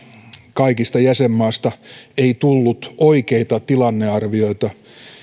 kaikista jäsenmaista ei tullut oikeita tilannearvioita